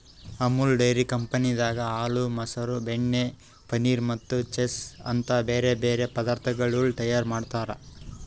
Amul dairy ಕಂಪನಿದಾಗ್ ಹಾಲ, ಮೊಸರ, ಬೆಣ್ಣೆ, ಪನೀರ್ ಮತ್ತ ಚೀಸ್ ಅಂತ್ ಬ್ಯಾರೆ ಬ್ಯಾರೆ ಪದಾರ್ಥಗೊಳ್ ತೈಯಾರ್ ಮಾಡ್ತಾರ್